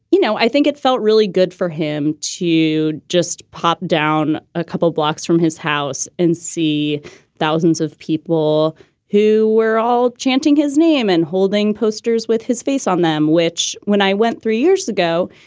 you know, i think it felt really good for him to just pop down a couple blocks from his house and see thousands of people who were all chanting his name and holding posters with his face on them, which when i went three years ago,